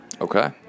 Okay